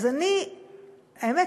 האמת,